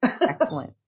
Excellent